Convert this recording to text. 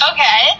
Okay